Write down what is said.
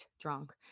drunk